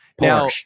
Now